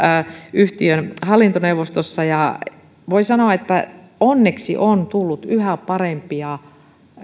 yhtiön hallintoneuvostossa voi sanoa että onneksi on tullut yhä parempia